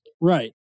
right